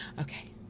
Okay